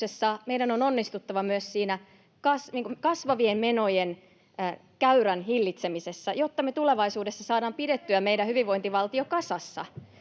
meidän on onnistuttava myös siinä kasvavien menojen käyrän hillitsemisessä, jotta me tulevaisuudessa saadaan pidettyä meidän hyvinvointivaltio kasassa,